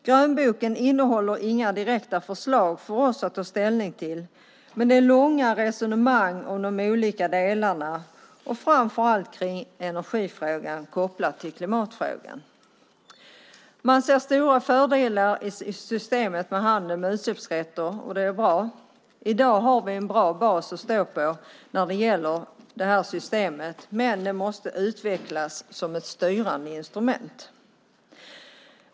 Grönboken innehåller inga direkta förslag för oss att ta ställning till, men det förs långa resonemang om de olika delarna, framför allt om energifrågan kopplad till klimatfrågan. Man ser stora fördelar med systemet med handel med utsläppsrätter, och det är bra. I dag har vi en bra bas att stå på när det gäller det här systemet, men det måste utvecklas som ett styrande instrument.